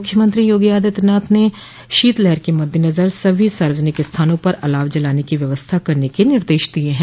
मुख्यमंत्री योगी आदित्यनाथ ने शीतलहर के मद देनजर सभी सार्वजनिक स्थानों पर अलाव जलाने की व्यवस्था करने के निर्देश दिये हैं